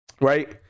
right